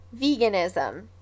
Veganism